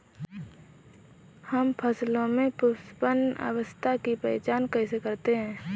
हम फसलों में पुष्पन अवस्था की पहचान कैसे करते हैं?